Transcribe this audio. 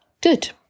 Good